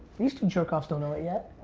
these two jerk offs don't know it yet.